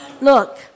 Look